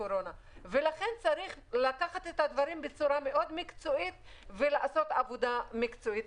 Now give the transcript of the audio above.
לכן צריך לקחת את הדברים בצורה מקצועית ולעשות עבודה מקצועית.